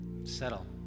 Settle